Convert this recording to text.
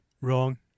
wrong